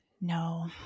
No